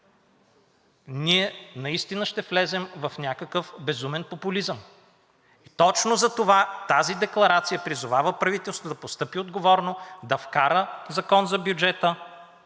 ние наистина ще влезем в някакъв безумен популизъм. Точно затова тази декларация призовава правителството да постъпи отговорно, да вкара Закон за бюджета